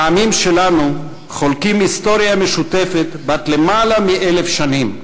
העמים שלנו חולקים היסטוריה משותפת בת למעלה מ-1,000 שנים.